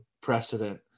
precedent